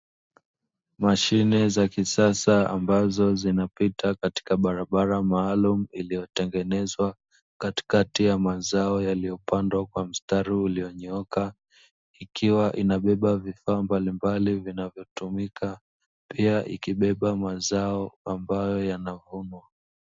Mashine za kisasa ambazo zinapita katika barabara maalum iliyotengenezwa katikati ya mazao yaliyopandwa kwa mstari uliyonyooka. ikiwa inabeba vifaa mbalimbali vinavyotumika pia ikibeba mazao ambayo yanavunwa.